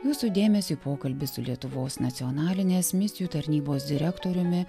jūsų dėmesiui pokalbis su lietuvos nacionalinės misijų tarnybos direktoriumi